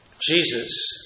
Jesus